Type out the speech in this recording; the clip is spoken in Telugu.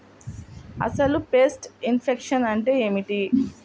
అసలు పెస్ట్ ఇన్ఫెక్షన్ అంటే ఏమిటి?